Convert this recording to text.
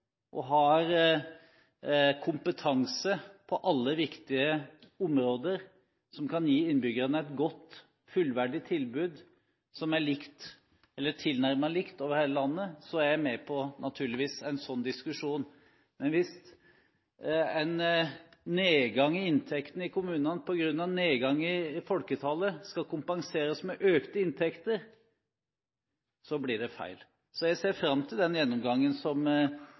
og har kompetanse på alle viktige områder som kan gi innbyggerne et godt, fullverdig tilbud som er tilnærmet likt over hele landet, er jeg naturligvis med på en sånn diskusjon. Men hvis en nedgang i inntektene i kommunene på grunn av nedgang i folketallet skal kompenseres med økte inntekter, blir det feil. Jeg ser fram til den gjennomgangen som